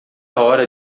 hora